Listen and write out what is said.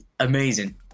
Amazing